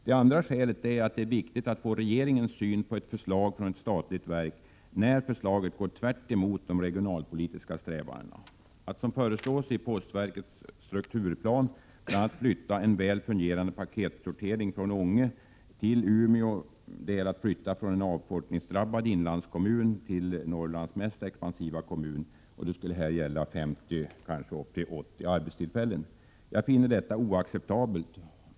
Det andra skälet är att det är viktigt att få regeringens syn på ett förslag från ett statligt verk som går tvärt emot de regionalpolitiska strävandena. Att, som föreslås i postverkets strukturplan, flytta en väl fungerande paketsortering från Ånge till Umeå innebär en flyttning från en avfolkningsdrabbad inlandskommun till Norrlands mest expansiva kommun. Det skulle här gälla 50-80 arbetstillfällen. Jag finner förslaget oacceptabelt.